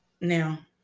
Now